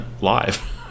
live